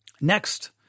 Next